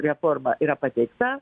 reforma yra pateikta